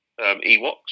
Ewoks